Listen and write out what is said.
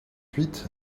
huit